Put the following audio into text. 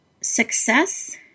success